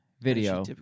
video